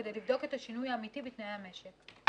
כדי לבדוק את השינוי האמיתי בתנאי המשק.